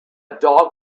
dog